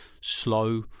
slow